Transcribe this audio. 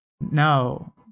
No